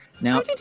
Now